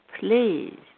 please